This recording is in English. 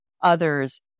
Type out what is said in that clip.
others